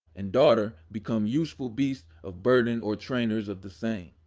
and daughter, become useful beasts of burden or trainers of the same.